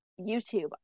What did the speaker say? YouTube